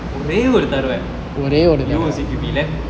ஒரே ஒரு தடவ:ore oru thadava